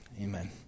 Amen